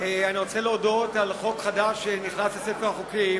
אני רוצה להודות על חוק חדש שנכנס לספר החוקים,